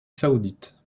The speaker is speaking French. saoudite